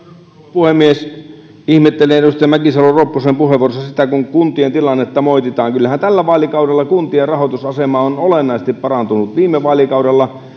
puhemies ihmettelen edustaja mäkisalo ropposen puheenvuorossa sitä että kuntien tilannetta moititaan kyllähän tällä vaalikaudella kuntien rahoitusasema on olennaisesti parantunut viime vaalikaudella